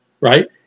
Right